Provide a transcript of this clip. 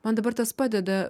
man dabar tas padeda